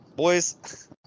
boys